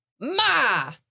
ma